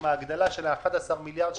עם הגדלה של 11 מיליארד שקלים,